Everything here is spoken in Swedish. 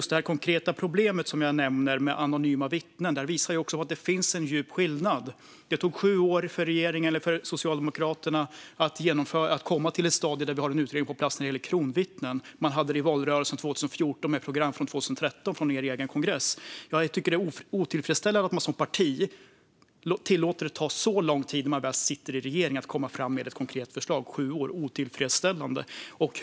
Det konkreta problem jag nämner med anonyma vittnen visar att det finns en stor skillnad. Det tog sju år för Socialdemokraterna få till en utredning om kronvittnen. De hade med det i valrörelsen 2014 utifrån 2013 års kongressprogram. Det är otillfredsställande att man som parti låter det ta så lång tid som sju år att komma fram med ett förslag när man väl sitter i regering.